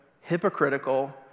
hypocritical